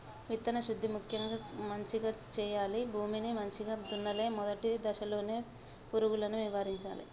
విత్తన శుద్ధి ముక్యంగా మంచిగ చేయాలి, భూమిని మంచిగ దున్నలే, మొదటి దశలోనే పురుగులను నివారించాలే